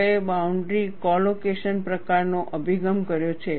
લોકોએ boundary colocation પ્રકારનો અભિગમ કર્યો છે